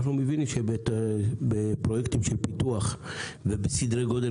אנחנו מבינים שבפרויקטים של פיתוח ובסדרי גודל